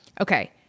Okay